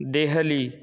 Delhi